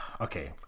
Okay